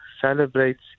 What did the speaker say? celebrates